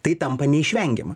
tai tampa neišvengiama